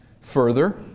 Further